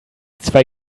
zwei